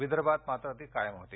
विदर्भात मात्र ती कायम होती